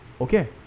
Okay